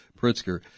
Pritzker